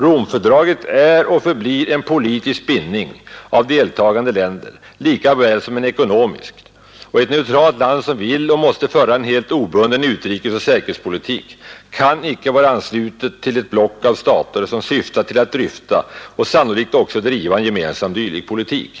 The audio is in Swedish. Romfördraget är och förblir en politisk bindning av deltagande länder lika väl som en ekonomisk, och ett neutralt land som vill och måste föra en helt obunden utrikesoch säkerhetspolitik kan icke vara anslutet till ett block av stater, som syftar till att dryfta och sannolikt också driva en gemensam dylik politik.